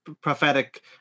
prophetic